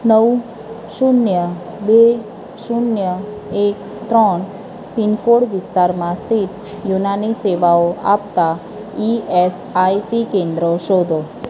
નવશૂન્ય બે શૂન્ય એક ત્રણ પિન કોડ વિસ્તારમાં સ્થિત યુનાની સેવાઓ આપતાં ઇ એસ આઇ સી કેન્દ્રો શોધો